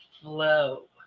flow